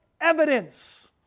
evidence